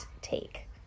take